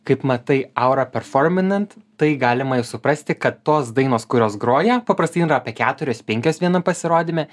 kaip matai aura performinant tai galima jau suprasti kad tos dainos kurios groja paprastai yra apie keturios penkios vienam pasirodyme